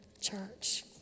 church